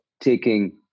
taking